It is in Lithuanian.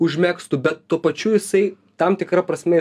užmegztų bet tuo pačiu jisai tam tikra prasme